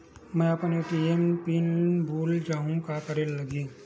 मैं अपन ATM pin भुला जहु का करे ला लगही?